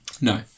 No